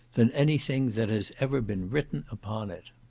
than any thing that has ever been written upon it.